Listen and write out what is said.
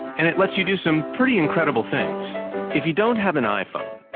and it lets you do some pretty incredible things if you don't have an iphone,